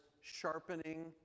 sharpening